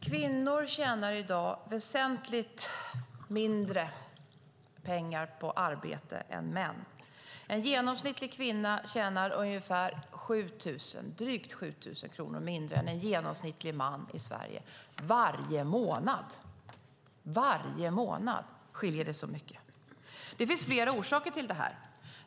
Kvinnor tjänar i dag väsentligt mindre pengar på arbete än män. En genomsnittlig kvinna tjänar drygt 7 000 kronor mindre än en genomsnittlig man i Sverige varje månad. Varje månad skiljer det så mycket. Det finns flera orsaker till detta.